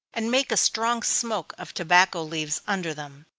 and make a strong smoke of tobacco leaves under them.